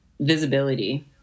visibility